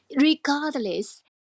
regardless